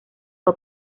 fue